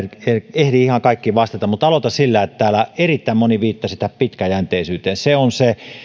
ehdi ihan kaikkiin vastata mutta aloitan sillä mihin täällä erittäin moni viittasi tällä pitkäjänteisyydellä se on se